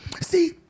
See